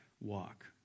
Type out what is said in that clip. walk